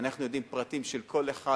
אנחנו יודעים פרטים של כל אחד,